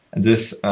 this